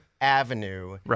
avenue